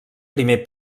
primer